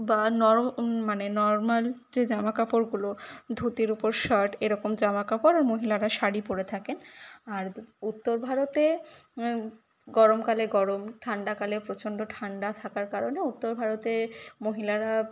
বা নর মানে নর্ম্যাল যে জামাকাপড়গুলো ধুতির উপর শার্ট এরকম জামাকাপড় আর মহিলারা শাড়ি পরে থাকেন আর দ উত্তর ভারতে গরমকালে গরম ঠাণ্ডাকালে প্রচণ্ড ঠাণ্ডা থাকার কারণে উত্তর ভারতে মহিলারা